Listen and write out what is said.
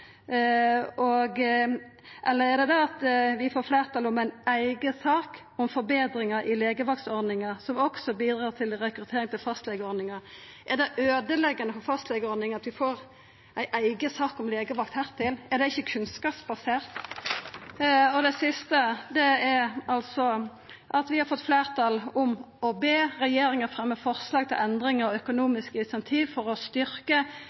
hatt? Eller er det det at vi får fleirtal for ei eiga sak om forbetringar i legevaktordninga som også bidrar til rekruttering til fastlegeordninga? Er det øydeleggjande for fastlegeordninga at vi får ei eiga sak om legevakt? Er det ikkje kunnskapsbasert? Og det siste er at vi har fått fleirtal for å be regjeringa fremja forslag til endringar og økonomiske incentiv for å